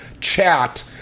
chat